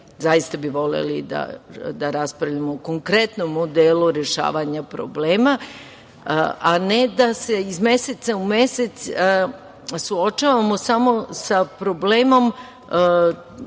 Zaista bi voleli da raspravljamo o konkretnom modelu rešavanja problema, a ne da se iz meseca u mesec suočavamo samo sa problemom